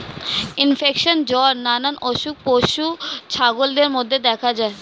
infection, জ্বর নানা অসুখ পোষ্য ছাগলদের মধ্যে দেখা যায়